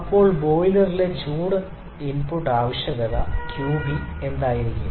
ഇപ്പോൾ ബോയിലറിലെ ചൂട് ഇൻപുട്ട് ആവശ്യകത qB എന്തായിരിക്കും